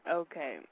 okay